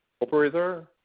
Operator